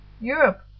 Europe